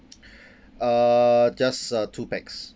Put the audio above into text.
uh just uh two pax